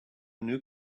new